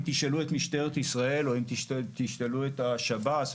אם תשאלו את משטרת ישראל או אם תשאלו את השב"ס,